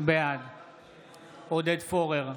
בעד עודד פורר,